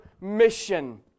mission